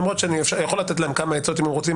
למה שאני יכול לתת להם כמה עצות אם הם רוצים,